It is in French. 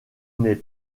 n’est